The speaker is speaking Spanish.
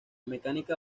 mecánica